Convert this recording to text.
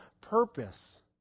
purpose